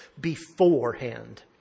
beforehand